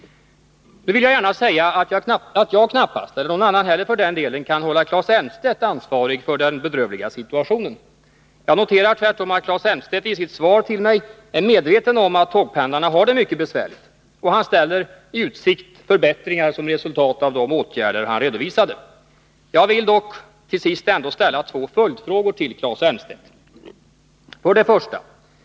Nu vill jag gärna säga att jag knappast, eller någon annan heller för den delen, kan hålla Claes Elmstedt ansvarig för den bedrövliga situationen. Jag noterar tvärtom att Claes Elmstedt i sitt svar till mig är medveten om att tågpendlarna har det mycket besvärligt. Han ställer också i utsikt förbättringar som resultat av de åtgärder som han redovisade. Jag vill dock till sist ställa två följdfrågor till Claes Elmstedt. Informationen om tågförseningarna är, som jag nyss nämnde, ofta obefintlig eller otillräcklig.